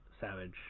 Savage